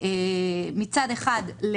מצד אחד,